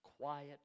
quiet